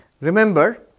remember